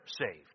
saved